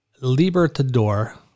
Libertador